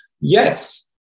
Yes